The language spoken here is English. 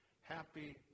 Happy